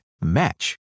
match